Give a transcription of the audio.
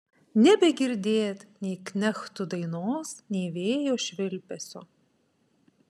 nebegirdėt nei knechtų dainos nei vėjo švilpesio